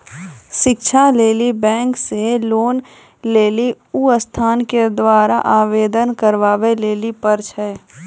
शिक्षा लेली बैंक से लोन लेली उ संस्थान के द्वारा आवेदन करबाबै लेली पर छै?